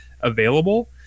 available